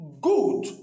good